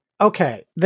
okay